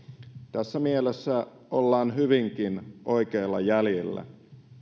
tässä mielessä ollaan hyvinkin oikeilla jäljillä